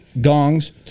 Gongs